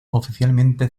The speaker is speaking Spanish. oficialmente